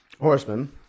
Horseman